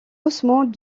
ossements